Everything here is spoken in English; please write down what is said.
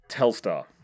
Telstar